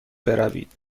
بروید